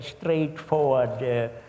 straightforward